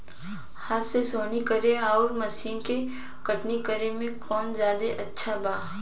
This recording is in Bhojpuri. हाथ से सोहनी करे आउर मशीन से कटनी करे मे कौन जादे अच्छा बा?